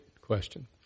question